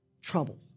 trouble